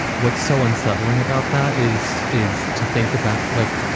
what's so unsettling about that is, is to think about like